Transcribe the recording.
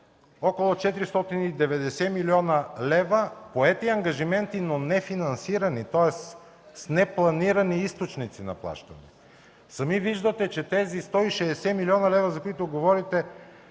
около 490 млн. лв. поети ангажименти, но нефинансирани, тоест, с непланирани източници на плащане. Сами виждате, че по тези 160 млн. лв., за които говорите,